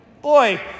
boy